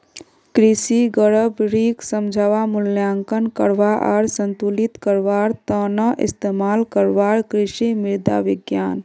कृषि गड़बड़ीक समझवा, मूल्यांकन करवा आर संतुलित करवार त न इस्तमाल करवार कृषि मृदा विज्ञान